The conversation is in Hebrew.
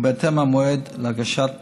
ובהתאם, המועד להגשת בקשה,